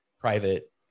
private